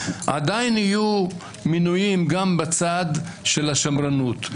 עדיין יהיו מינויים גם בצד של השמרנות,